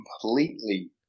completely